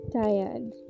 tired